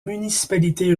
municipalité